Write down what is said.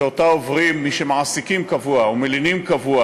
שאותה עוברים מי שמעסיקים קבוע ומלינים קבוע